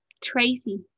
Tracy